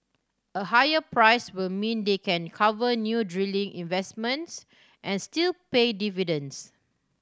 a higher price will mean they can cover new drilling investments and still pay dividends